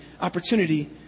opportunity